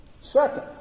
Second